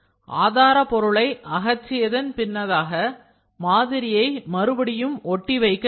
ஆதாரபொருளை அகற்றியதன் பின்னதாக மாதிரியை மறுபடியும் ஒட்டி வைக்க வேண்டும்